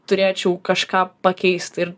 turėčiau kažką pakeist ir